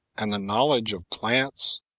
and the knowledge of plants,